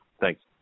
Thanks